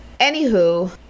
Anywho